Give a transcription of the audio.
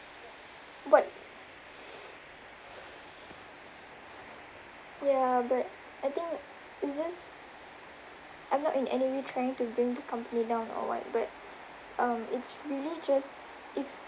but ya but I think it's just I'm not in any way trying to bring the company down or [what] but um it's really just if